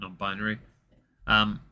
non-binary